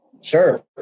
Sure